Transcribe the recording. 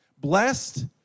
Blessed